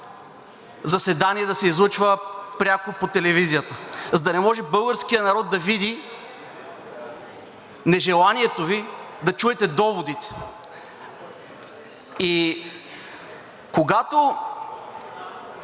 заседание да се излъчва пряко по телевизията, за да не може българският народ да види нежеланието Ви да чуете доводите. И когато